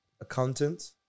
Accountant